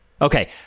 Okay